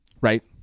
right